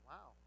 Wow